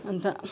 अनि त